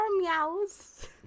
Meows